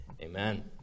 amen